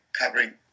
covering